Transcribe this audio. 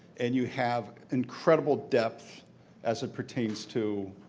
and you have incredible depth as it pertains to